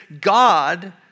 God